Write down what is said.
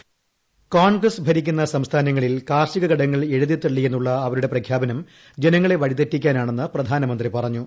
voice Congress ഭരിക്കുന്ന സംസ്ഥാനങ്ങളിൽ കാർഷിക കടങ്ങൾ എഴുതിത്തള്ളിയെന്നുള്ള അവരുടെ പ്രഖ്യാപനം ജനങ്ങളെ വഴി തെറ്റിക്കാനാണെന്നാണ് പ്രധാനമന്ത്രി പറഞ്ഞു